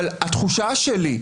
אבל התחושה שלי,